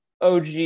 OG